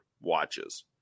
watches